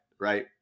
right